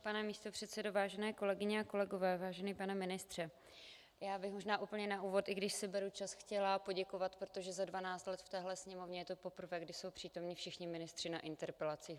Pane místopředsedo, vážené kolegyně a kolegové, vážený pane ministře, já bych úplně na úvod, i když si beru čas, chtěla poděkovat, protože za 12 let v této Sněmovně je to poprvé, kdy jsou přítomni všichni ministři na interpelacích.